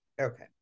okay